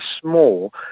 small